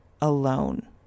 alone